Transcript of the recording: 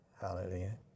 Hallelujah